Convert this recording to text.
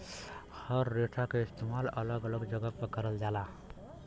हर रेसा क इस्तेमाल अलग अलग जगह पर करल जाला